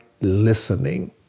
listening